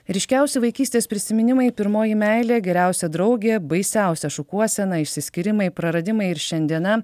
ryškiausi vaikystės prisiminimai pirmoji meilė geriausia draugė baisiausia šukuosena išsiskyrimai praradimai ir šiandiena